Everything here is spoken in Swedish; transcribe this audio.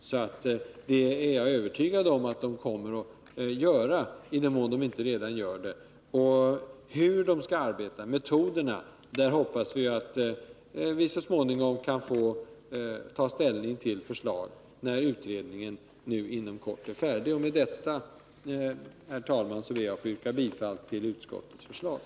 Jag är därför övertygad om att kommunerna — i den mån de inte redan gör det — kommer att vidta åtgärder mot prostitutionen. När det gäller metoderna för hur de skall arbeta hoppas vi att så småningom få ta ställning till förslag, när prostitutionsutredningen nu inom kort är färdig. Med detta ber jag, herr talman, att få yrka bifall till utskottets hemställan.